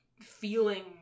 feeling